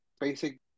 basic